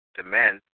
demand